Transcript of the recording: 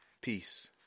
Peace